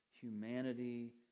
Humanity